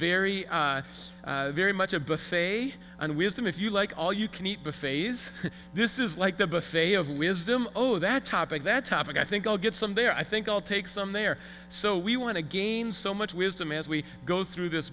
very very much a buffet and wisdom if you like all you can eat buffets this is like the buffet of wisdom oh that topic that topic i think i'll get someday i think i'll take some there so we want to gain so much wisdom as we go through this